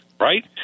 right